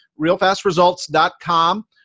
realfastresults.com